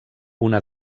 una